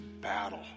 battle